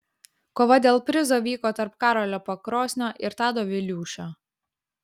kova dėl prizo vyko tarp karolio pakrosnio ir tado viliūšio